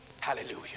hallelujah